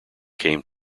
came